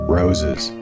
roses